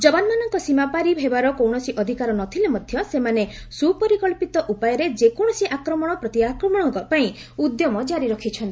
ଯବାନମାନଙ୍କ ସୀମା ପାରି ହେବାର କୌଣସି ଅଧିକାର ନ ଥିଲେ ମଧ୍ୟ ସେମାନେ ସୁପରିକ୍ସିତ ଉପାୟରେ ଯେ କୌଣସି ଆକ୍ରମଣ ପ୍ରତିଆକ୍ରମଣ ପାଇଁ ଉଦ୍ୟମ ଜାରି ରଖିଛନ୍ତି